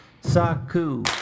Saku